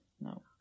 No